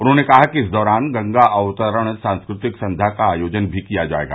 उन्होंने कहा कि इस दौरान गंगा अवतरण सांस्कृतिक संध्या का आयोजन भी किया जायेगा